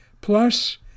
Plus